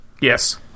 Yes